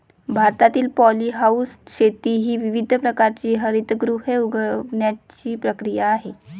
भारतातील पॉलीहाऊस शेती ही विविध प्रकारची हरितगृहे उगवण्याची प्रक्रिया आहे